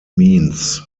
means